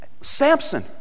Samson